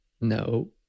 No